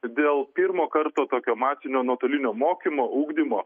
dėl pirmo karto tokio masinio nuotolinio mokymo ugdymo